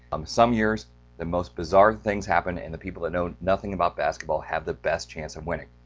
um some years the most bizarre things happen and the people that know nothing about basketball have the best chance of winning.